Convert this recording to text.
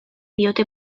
diote